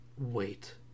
Wait